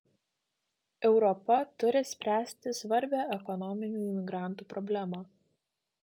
europa turi spręsti svarbią ekonominių imigrantų problemą